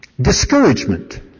Discouragement